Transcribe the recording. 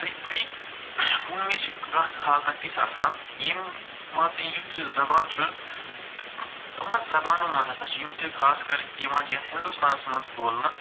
تہٕ بیٚیہِ کُنہِ وِزِ چھِ کانٛہہ حالتا تِژھ آسان یٔمۍ مان ژٕ یُتھ یہِ زبان چھُ تہٕ یِمن زبانو منٛز ہَسا چھِ یِم تہِ خاص کَر یِوان چھِ یتھ ہندوستانس منٛز بولنہٕ